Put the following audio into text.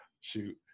Shoot